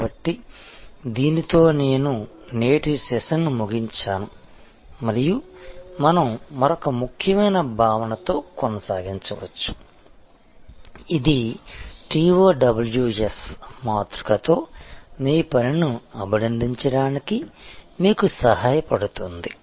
కాబట్టి దీనితో నేను నేటి సెషన్ను ముగించాను మరియు మనం మరొక ముఖ్యమైన భావనతో కొనసాగవచ్చు ఇది TOWS మాతృకతో మీ పనిని అభినందించడానికి మీకు సహాయపడుతుంది